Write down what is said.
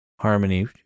harmony